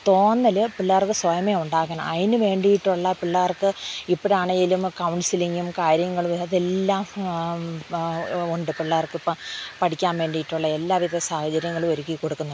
തോന്നൽ പിള്ളേർക്ക് സ്വയം ഉണ്ടാകണം അതിന് വേണ്ടിയിട്ടുള്ള പിള്ളേർക്ക് ഇപ്പോഴാണെങ്കിലും കൗൺസിലിങ്ങും കാര്യങ്ങളും അതെല്ലാം ഉണ്ട് പിള്ളേർക്ക് പഠിക്കാൻ വേണ്ടിയിട്ടുള്ള എല്ലാ വിധ സാഹചര്യങ്ങളും ഒരുക്കി കൊടുക്കുന്നു